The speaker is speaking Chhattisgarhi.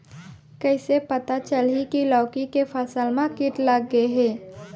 कइसे पता चलही की लौकी के फसल मा किट लग गे हे?